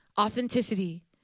Authenticity